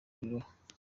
ibirohwa